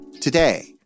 Today